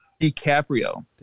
DiCaprio